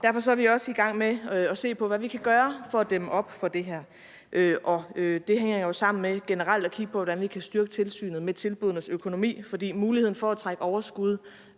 Derfor er vi også i gang med at se på, hvad vi kan gøre for at dæmme op for det her, og det hænger jo sammen med generelt at kigge på, hvordan vi kan styrke tilsynet med tilbuddenes økonomi, for muligheden for at trække overskuddet